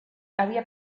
había